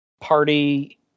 Party